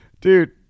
dude